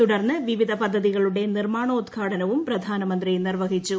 തുടർന്ന് വിവിധ പദ്ധതികളുടെ നിർമ്മാണോദ്ഘാടനവും പ്രധാനമന്ത്രി നിർവ്വഹിച്ചു